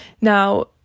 now